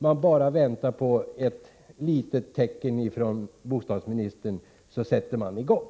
Man bara väntar på ett litet tecken från bostadsministern, och så sätter man i gång.